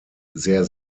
sehr